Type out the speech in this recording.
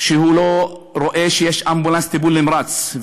שהוא לא רואה שיש אמבולנס טיפול נמרץ,